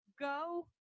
Go